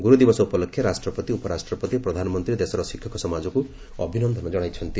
ଗୁରୁଦିବସ ଉପଲକ୍ଷେ ରାଷ୍ଟ୍ରପତି ଉପରାଷ୍ଟ୍ରପତି ପ୍ରଧାନମନ୍ତ୍ରୀ ଦେଶର ଶିକ୍ଷକ ସମାଜକୁ ଅଭିନନ୍ଦନ ଜଣାଇଛନ୍ତି